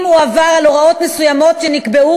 אם הוא עבר על הוראות מסוימות שנקבעו,